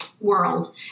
world